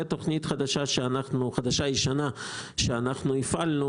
ותוכנית חדשה-ישנה שאנחנו הפעלנו,